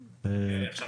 אנרגיה.